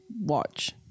watch